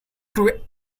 through